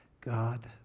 God